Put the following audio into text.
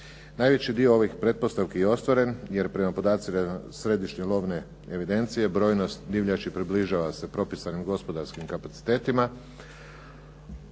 Najveći dio ovih pretpostavki je ostvaren jer prema podacima Središnje lovne evidencije, brojnost divljači približava se propisanim gospodarskim kapacitetima.